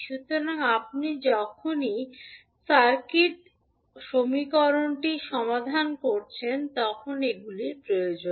সুতরাং আপনি যখনই সার্কিট সমীকরণটি সমাধান করছেন তখন এগুলি প্রয়োজন